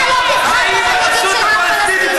אתה לא תבחר את המנהיגים של העם הפלסטיני.